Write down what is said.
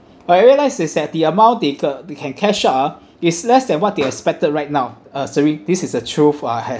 I realise is that the amount they ca~ they can cash out ah is less than what they expected right now uh serene this is a truth I